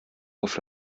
auf